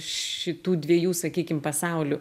šitų dviejų sakykim pasaulių